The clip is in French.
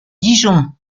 dijon